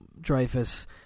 dreyfus